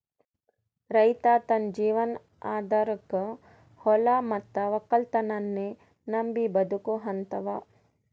ರೈತ್ ತನ್ನ ಜೀವನ್ ಆಧಾರಕಾ ಹೊಲಾ ಮತ್ತ್ ವಕ್ಕಲತನನ್ನೇ ನಂಬಿ ಬದುಕಹಂತಾವ